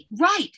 Right